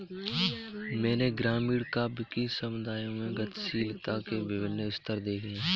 मैंने ग्रामीण काव्य कि समुदायों में गतिशीलता के विभिन्न स्तर देखे हैं